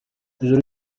ijoro